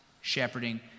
shepherding